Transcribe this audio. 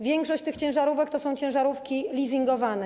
Większość tych ciężarówek to są ciężarówki leasingowane.